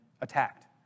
attacked